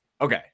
okay